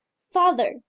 father,